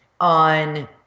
on